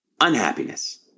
unhappiness